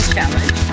Challenge